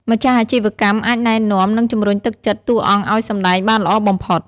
ម្ចាស់អាជីវកម្មអាចណែនាំ និងជំរុញទឹកចិត្តតួអង្គឲ្យសម្ដែងបានល្អបំផុត។